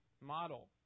model